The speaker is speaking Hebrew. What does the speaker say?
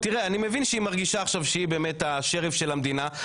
תראה אני מבין שהיא מרגישה עכשיו שהיא באמת השריף של המדינה.